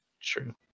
True